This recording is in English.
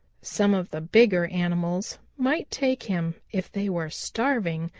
some of the bigger animals might take him if they were starving,